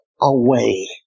away